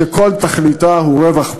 שכל תכליתה הוא רווח פוליטי,